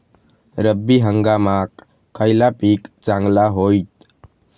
रब्बी हंगामाक खयला पीक चांगला होईत?